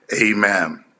amen